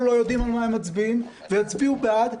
לא יודעים על מה הם מצביעים ויצביעו בעד.